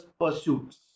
pursuits